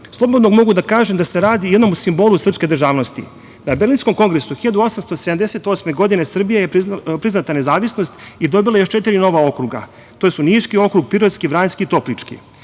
slobodno mogu da kažem da se radi o jednom od simbola srpske državnosti. Na Berlinskom kongresu 1878. godine Srbiji je priznata nezavisnost i dobila je još četiri nova okruga, to su Niški okrug, Pirotski, Vranjski i Toplički.